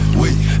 wait